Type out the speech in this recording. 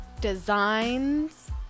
designs